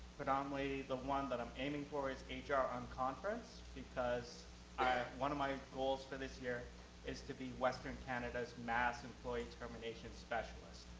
predominantly, the one that i'm aiming for is ah hr unconference because one of my goals for this year is to be western canada's mass employee termination specialist.